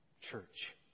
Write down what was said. church